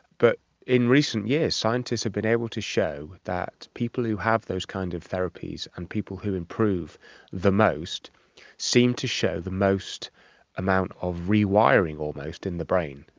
but in recent years scientists have been able to show that people who have those kind of therapies and people who improve the most seem to show the most amount of rewiring almost in the brain.